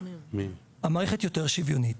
המערכת יותר שוויונית.